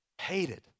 hated